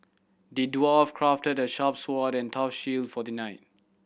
the dwarf crafted a sharp sword and tough shield for the knight